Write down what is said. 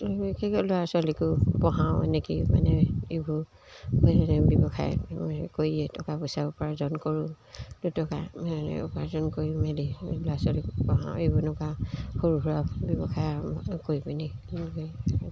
বিশেষকৈ ল'ৰা ছোৱালীকো পঢ়াওঁ এনেকৈ মানে এইবোৰ ব ব্যৱসায় কৰিয়ে টকা পইচা উপাৰ্জন কৰোঁ দুটকা মে উপাৰ্জন কৰি মেলি ল'ৰা ছোৱালীক পঢ়াওঁ এইবোৰ এনেকুৱা সৰু সুৰা ব্যৱসায় কৰি পেনে